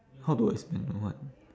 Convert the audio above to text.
how do I spend the what